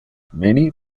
many